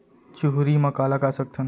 चुहरी म का लगा सकथन?